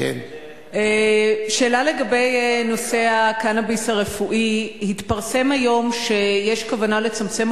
שאלה לגבי נושא הקנאביס הרפואי: התפרסם היום שיש כוונה לצמצם